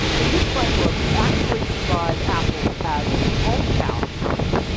in this framework, we actually described apple as an old power company.